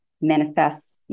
manifests